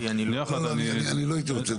אני לא הייתי רוצה.